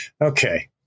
Okay